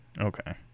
Okay